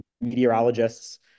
meteorologists